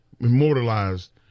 immortalized